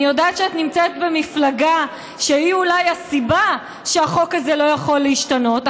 אני יודעת שאת נמצאת במפלגה שהיא אולי הסיבה שהחוק הזה לא יכול להשתנות,